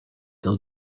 till